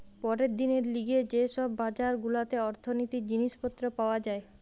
পরের দিনের লিগে যে সব বাজার গুলাতে অর্থনীতির জিনিস পত্র পাওয়া যায়